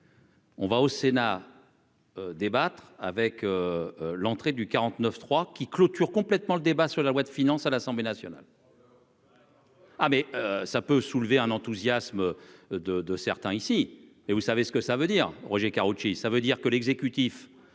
On va au sénat débattre avec l'entrée du 49 3 qui clôture complètement le débat sur la loi de finances à l'Assemblée nationale. Ah, mais ça peut soulevé un enthousiasme de de certains ici et vous savez ce que ça veut dire, Roger Karoutchi, ça veut dire que l'exécutif